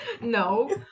No